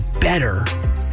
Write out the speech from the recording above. better